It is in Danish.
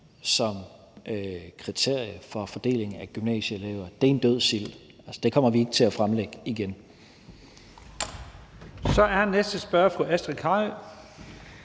som kriterie for fordelingen af gymnasieelever er en død sild. Det kommer vi ikke til at foreslå igen. Kl. 14:43 Første næstformand